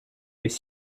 les